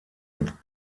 mit